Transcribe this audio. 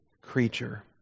creature